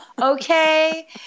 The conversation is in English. Okay